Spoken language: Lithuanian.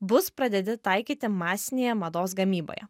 bus pradėti taikyti masinėje mados gamyboje